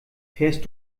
fährst